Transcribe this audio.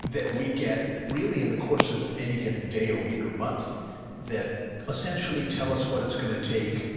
that we get really in the course of any given day or week or month that essentially tell us what it's going to take